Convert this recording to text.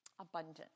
Abundant